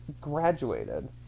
graduated